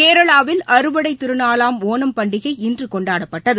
கேரளாவில் அறுவடை திருநாளாம் ஒணம் பண்டிகை இன்று கொண்டாடப்படுகிறது